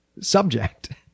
subject